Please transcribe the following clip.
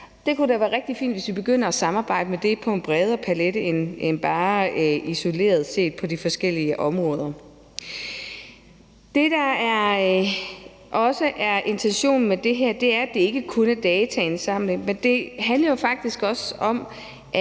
Det kunne være rigtig fint, hvis vi begynder at samarbejde om det på en bredere palet end bare isoleret set på de forskellige områder. Det er også intentionen med det her, at det ikke kun er dataindsamling, for det handler faktisk om,